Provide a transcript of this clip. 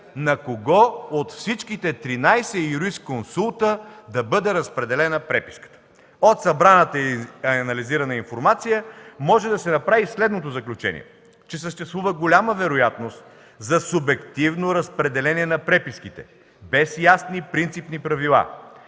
на кого от всичките 13 юрисконсулти да бъде разпределена преписката. От събраната и анализирана информация може да се направи следното заключение – че съществува голяма вероятност за субективно разпределение на преписките, без ясни принципни правила,